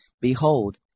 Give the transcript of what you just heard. Behold